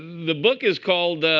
the book is called